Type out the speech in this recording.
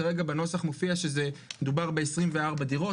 כרגע בנוסח מופיע שזה מדובר ב-24 דירות.